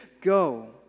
go